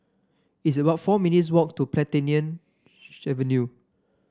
it's about four minutes' walk to Plantation Avenue